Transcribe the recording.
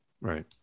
Right